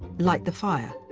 light the fire.